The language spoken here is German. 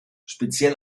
speziell